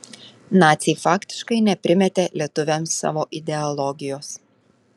naciai faktiškai neprimetė lietuviams savo ideologijos